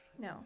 No